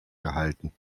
gehalten